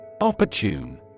Opportune